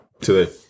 today